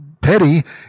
petty